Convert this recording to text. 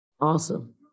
Awesome